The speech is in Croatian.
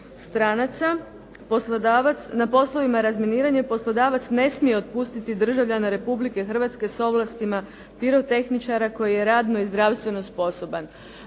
na poslovima razminiranja poslodavac ne smije otpustiti državljana Republike Hrvatske s ovlastima pirotehničara koji je radno i zdravstveno sposoban.